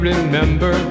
Remember